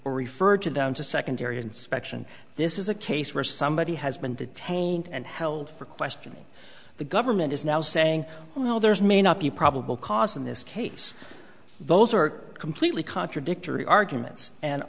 refer to them to secondary inspection this is a case where somebody has been detained and held for questioning the government is now saying well there's may not be probable cause in this case those are completely contradictory arguments and